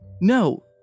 No